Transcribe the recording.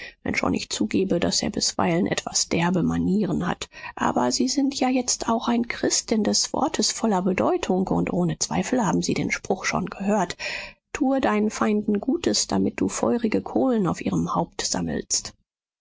abbeißen wennschon ich zugebe daß er bisweilen etwas derbe manieren hat aber sie sind ja jetzt auch ein christ in des wortes voller bedeutung und ohne zweifel haben sie den spruch schon gehört tue deinen feinden gutes damit du feurige kohlen auf ihrem haupt sammelst